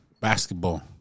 Basketball